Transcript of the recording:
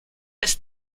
ist